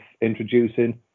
introducing